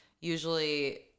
Usually